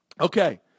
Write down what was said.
Okay